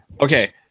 Okay